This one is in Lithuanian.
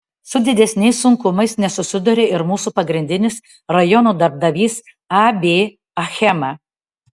su didesniais sunkumais nesusiduria ir mūsų pagrindinis rajono darbdavys ab achema